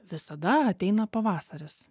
visada ateina pavasaris